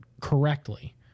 correctly